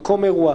במקום אירוע,